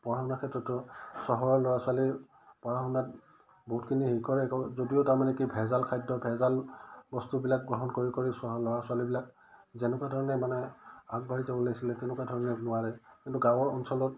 পঢ়া শুনা ক্ষেত্ৰতো চহৰৰ ল'ৰা ছোৱালী পঢ়া শুনাত বহুতখিনি হে কৰে যদিও তাৰমানে কি ভেজাল খাদ্য ভেজাল বস্তুবিলাক গ্ৰহণ কৰি কৰি চহৰৰ ল'ৰা ছোৱালীবিলাক যেনেকুৱা ধৰণে মানে আগবাঢ়ি যাব লাগিছিলে তেনেকুৱা ধৰণে নোৱাৰে কিন্তু গাঁৱৰ অঞ্চলত